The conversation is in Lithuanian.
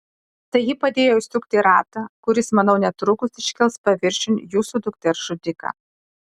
tai ji padėjo įsukti ratą kuris manau netrukus iškels paviršiun jūsų dukters žudiką